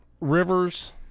Rivers